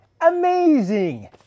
amazing